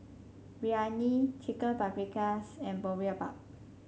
Biryani Chicken Paprikas and Boribap